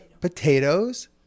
Potatoes